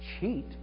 Cheat